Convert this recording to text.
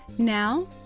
now,